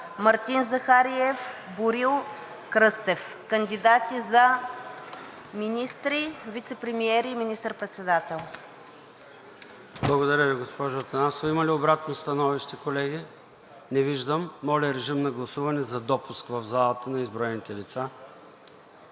Мартин Захариев, Борил Кръстев – кандидати за министри, вицепремиери и министър-председател. ПРЕДСЕДАТЕЛ ЙОРДАН ЦОНЕВ: Благодаря Ви, госпожо Атанасова. Има ли обратно становище, колеги? Не виждам. Моля, режим на гласуване за допуск в залата на изброените лица.